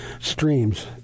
streams